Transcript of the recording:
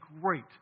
great